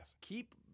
keep